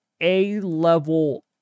A-level